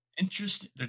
Interesting